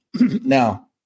Now